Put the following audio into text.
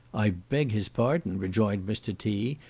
i beg his pardon, rejoined mr. t,